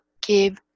Give